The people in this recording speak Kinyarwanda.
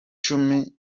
cumi